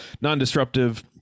non-disruptive